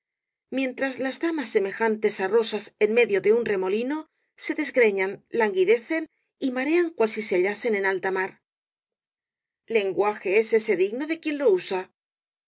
mientras las damas semejantes á rosas en medio de un remolino se desgreñan languidecen y marean cual si se hallasen en alta mar lenguaje es ése digno de quien lo usa á